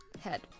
head